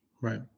Right